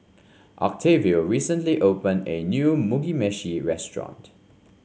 Octavio recently opened a new Mugi Meshi Restaurant